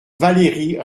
valérie